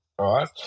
right